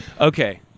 Okay